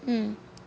mm